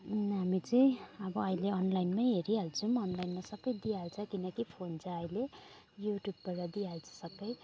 हामी चाहिँ अब अहिले अनलाइनमै हेरी हाल्छौँ अनलाइनमा सब दिइहाल्छ किनकि फोन छ अहिले युट्युबबाट दिइहाल्छ सब